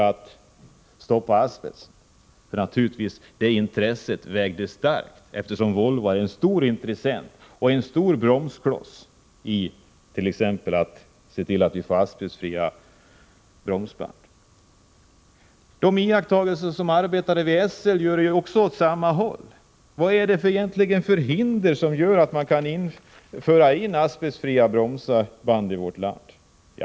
Det är naturligt att det intresset vägde starkt, eftersom Volvo är en stor intressent och utgör en stor bromskloss när det gäller att se till att vi får asbestfria bromsband. De iakttagelser som arbetare vid SL gör går också åt samma håll. Vad är det egentligen som hindrar att man inför asbestfria bromsar i vårt land?